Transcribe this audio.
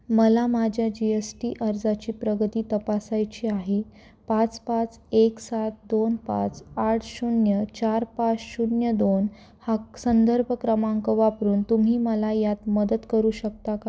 मला माझ्या G S T अर्जाची प्रगती तपासायची आहे पाच पाच एक सात दोन पाच आठ शून्य चार पाच शून्य दोन हा संदर्भ क्रमांक वापरून तुम्ही मला यात मदत करू शकता का